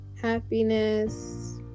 happiness